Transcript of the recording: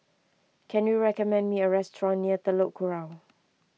can you recommend me a restaurant near Telok Kurau